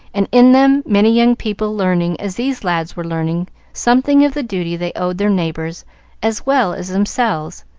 and in them many young people learning as these lads were learning something of the duty they owed their neighbors as well as themselves,